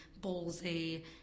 ballsy